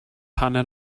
hanner